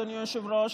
אדוני היושב-ראש,